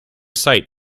sight